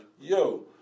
Yo